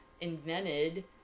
invented